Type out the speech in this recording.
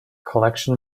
collection